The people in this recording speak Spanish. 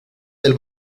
del